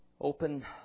Open